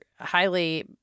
highly